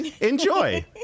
enjoy